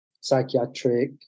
psychiatric